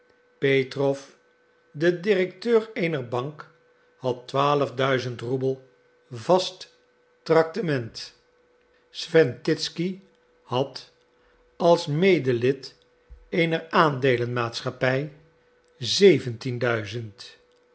petrow de directeur eener bank had twaalfduizend roebel vast tractement swentitzky had als medelid eener aandeelen maatschappij zeventienduizend